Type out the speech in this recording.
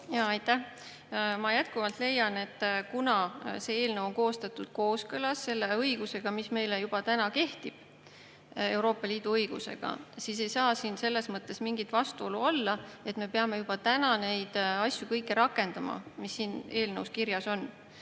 Aitäh! Ma jätkuvalt leian, et kuna see eelnõu on koostatud kooskõlas selle õigusega, mis meile juba täna kehtib – Euroopa Liidu õigusega –, siis ei saa siin selles mõttes mingit vastuolu olla. Me peame juba täna rakendama kõiki neid asju, mis siin eelnõus kirjas on.